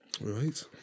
right